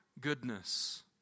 goodness